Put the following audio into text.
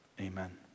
Amen